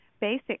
basic